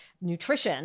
nutrition